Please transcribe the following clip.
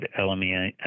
LME –